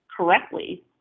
correctly